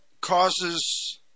causes